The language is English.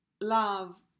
love